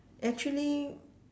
actually